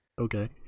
Okay